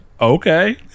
okay